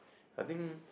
I think